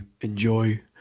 enjoy